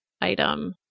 item